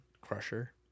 crusher